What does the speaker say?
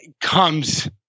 comes